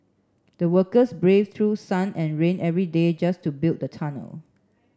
the workers brave through sun and rain every day just to build the tunnel